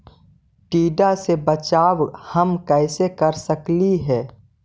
टीडा से बचाव हम कैसे कर सकली हे?